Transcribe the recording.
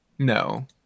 no